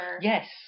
Yes